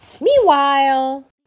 Meanwhile